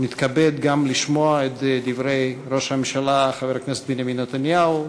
נתכבד גם לשמוע את דברי ראש הממשלה חבר הכנסת בנימין נתניהו,